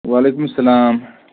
وعلیکُم اسَلام